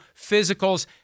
physicals